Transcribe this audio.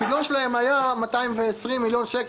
הפדיון שלהם היה 220 מיליון שקל.